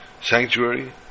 sanctuary